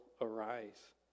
arise